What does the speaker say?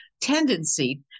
tendency